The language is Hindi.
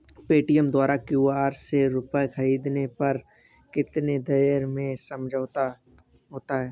पेटीएम द्वारा क्यू.आर से रूपए ख़रीदने पर कितनी देर में समझौता होता है?